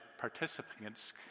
participants